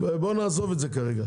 בואו נעזוב את זה כרגע.